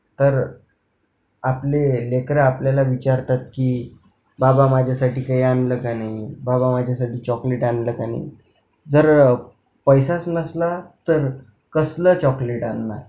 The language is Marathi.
तर आपले लेकरं आपल्याला विचारतात की बाबा माझ्यासाठी काही आणलं का नाही बाबा माझ्यासाठी चॉकलेट आणलं का नाही जर पैसाच नसला तर कसलं चॉकलेट आणणार